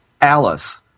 Alice